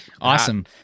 Awesome